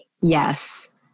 Yes